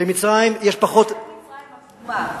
במצרים יש פחות, מה עם מצרים הקדומה?